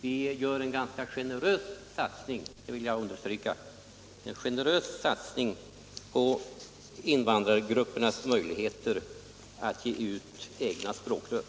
Vi gör en ganska generös satsning —- det vill jag understryka — på invandrargruppernas egna språkrör.